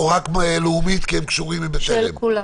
של כולן.